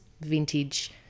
vintage